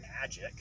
magic